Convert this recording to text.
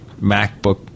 MacBook